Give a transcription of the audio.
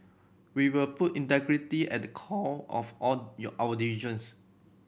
we will put integrity at the core of all your our decisions